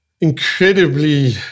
incredibly